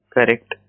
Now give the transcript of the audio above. Correct